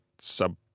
sub